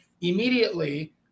immediately